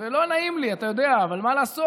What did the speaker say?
ולא נעים לי, אתה יודע, אבל מה לעשות?